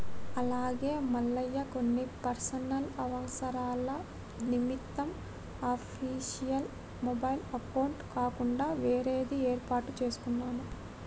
అలాగే మల్లయ్య కొన్ని పర్సనల్ అవసరాల నిమిత్తం అఫీషియల్ మొబైల్ అకౌంట్ కాకుండా వేరేది ఏర్పాటు చేసుకున్నాను